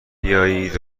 بیایید